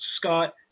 Scott